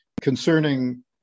concerning